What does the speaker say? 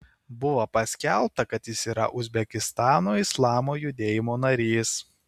buvo paskelbta kad jis yra uzbekistano islamo judėjimo narys